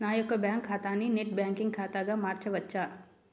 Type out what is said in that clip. నా యొక్క బ్యాంకు ఖాతాని నెట్ బ్యాంకింగ్ ఖాతాగా మార్చవచ్చా?